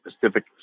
Pacific